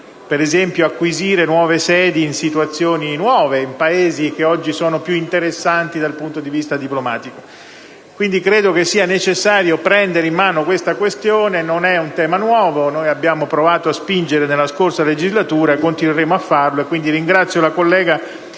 per acquisire nuove sede in situazioni nuove, in Paesi oggi più interessanti dal punto di vista diplomatico. È necessario prendere in mano questa questione. Non è un tema nuovo: noi abbiamo provato a spingere nella scorsa legislatura, continueremo a farlo,